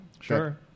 Sure